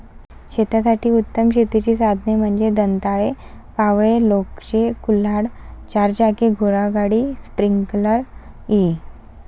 शेतासाठी उत्तम शेतीची साधने म्हणजे दंताळे, फावडे, लोणचे, कुऱ्हाड, चारचाकी घोडागाडी, स्प्रिंकलर इ